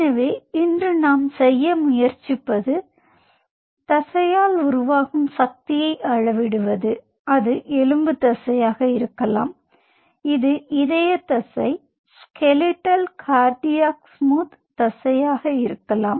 எனவே இன்று நாம் செய்ய முயற்சிப்பது தசையால் உருவாகும் சக்தியை அளவிடுவது அது எலும்பு தசையாக இருக்கலாம் இது இதய தசை ஸ்கெலிடல் கார்டியாக் ஸ்மூத் தசையாக இருக்கலாம்